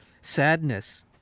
Sadness